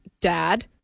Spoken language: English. dad